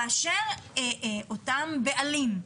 כאשר אותם בעלים,